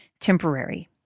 temporary